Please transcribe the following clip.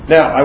Now